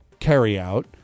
carryout